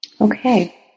Okay